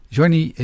Johnny